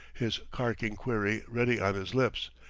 his carking query ready on his lips.